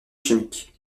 chimique